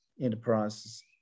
enterprises